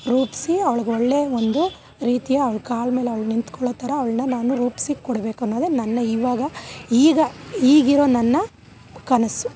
ರೂಪಿಸಿ ಅವ್ಳಿಗೆ ಒಳ್ಳೆಯ ಒಂದು ರೀತಿಯ ಅವ್ಳ ಕಾಲ ಮೇಲೆ ಅವ್ಳು ನಿಂತ್ಕೊಳೋ ಥರ ಅವ್ಳನ್ನು ನಾನು ರೂಪಿಸ್ಕೊಡ್ಬೇಕು ಅನ್ನೋದೆ ನನ್ನ ಇವಾಗ ಈಗ ಈಗಿರೋ ನನ್ನ ಕನಸು